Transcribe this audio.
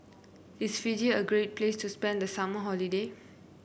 is Fiji a great place to spend the summer holiday